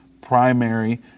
primary